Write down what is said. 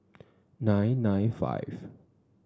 nine nine five